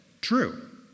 true